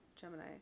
Gemini